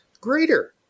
greater